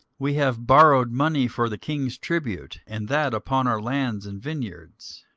we have borrowed money for the king's tribute, and that upon our lands and vineyards.